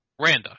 Randa